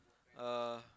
uh